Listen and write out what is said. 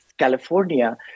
California